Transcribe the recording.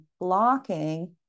blocking